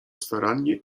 starannie